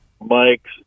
Mike